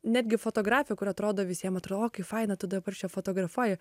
netgi fotografė kur atrodo visiem atro o kaip faina tu dabar čia fotografuoji